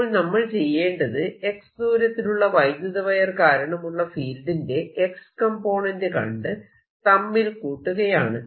അപ്പോൾ നമ്മൾ ചെയ്യേണ്ടത് x ദൂരത്തിലുള്ള വൈദ്യുത വയർ കാരണമുള്ള ഫീൽഡിന്റെ X കംപോണേന്റ് കണ്ട് തമ്മിൽ കൂട്ടുകയാണ്